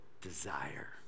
desire